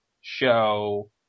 show